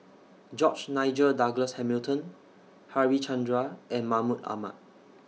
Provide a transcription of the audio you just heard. George Nigel Douglas Hamilton Harichandra and Mahmud Ahmad